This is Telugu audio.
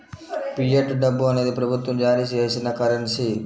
ఫియట్ డబ్బు అనేది ప్రభుత్వం జారీ చేసిన కరెన్సీ